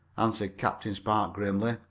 answered captain spark, grimly.